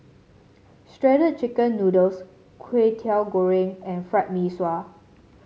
Shredded Chicken Noodles Kway Teow Goreng and Fried Mee Sua